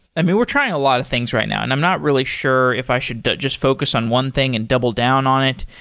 i mean, we're trying a lot of things right now, and i'm not really sure if i should just focus on one thing and double down on it.